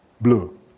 blue